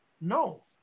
No